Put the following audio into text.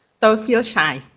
don't feel shy,